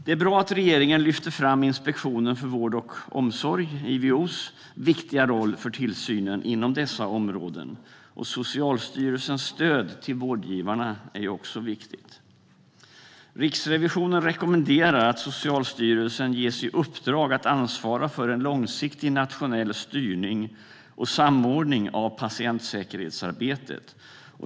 Det är bra att regeringen lyfter fram Inspektionen för vård och omsorgs, Ivos, viktiga roll för tillsynen inom dessa områden. Socialstyrelsens stöd till vårdgivarna är också viktig. Riksrevisionen rekommenderar att Socialstyrelsen ges i uppdrag att ansvara för en långsiktig nationell styrning och samordning av patientsäkerhetsarbetet.